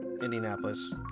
Indianapolis